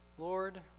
Lord